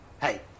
Hey